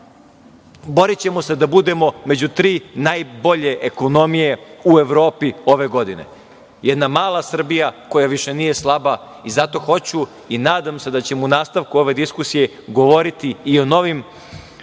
Borićemo se da budemo najbolje ekonomije u Evropi ove godine, jedna mala Srbija, koja više nije slaba. Zato hoću i nadam se da ćemo u nastavku ove diskusije govoriti i o novim